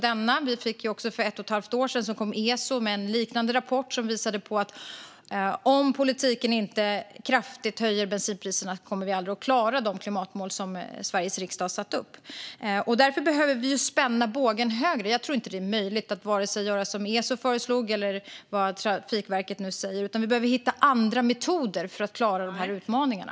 För ett och ett halvt år sedan kom ESO med en liknande rapport som visade på att vi aldrig kommer att klara de klimatmål som Sveriges riksdag har satt upp om politiken inte kraftigt höjer bensinpriserna. Därför behöver vi spänna bågen hårdare. Jag tror inte att det är möjligt att göra vare sig som ESO föreslog eller vad Trafikverket nu säger, utan vi behöver hitta andra metoder för att klara de här utmaningarna.